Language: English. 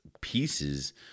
pieces